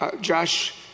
Josh